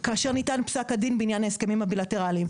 כאשר ניתן פסק הדין בעניין ההסכמים הבילטרליים.